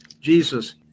Jesus